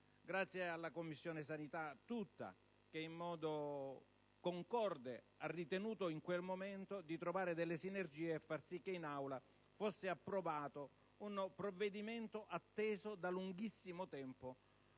tutta la Commissione sanità, che in modo concorde ha ritenuto, in quel momento, di trovare delle sinergie e far sì che in Aula fosse approvato un provvedimento atteso da lunghissimo tempo.